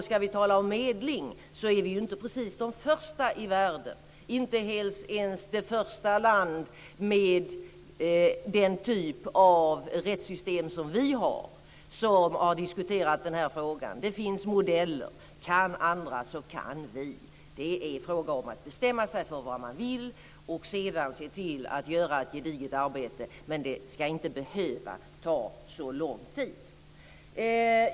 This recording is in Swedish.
Ska vi tala om medling, är vi inte precis de första i världen, inte ens det första landet med den typ av rättssystem som vi har, som har diskuterat den här frågan. Det finns modeller. Kan andra så kan vi. Det är fråga om att bestämma sig för vad man vill och sedan se till att göra ett gediget arbete, men det ska inte behöva ta så lång tid.